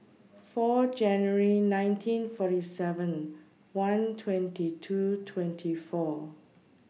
four January nineteen forty seven one twenty two twenty four